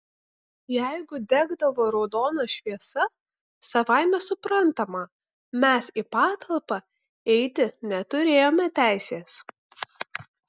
jeigu degdavo raudona šviesa savaime suprantama mes į patalpą eiti neturėjome teisės